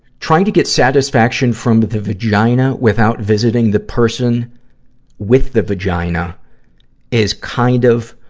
trying to get satisfaction from the vagina without visiting the person with the vagina is kind of,